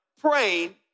praying